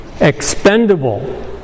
expendable